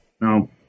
Now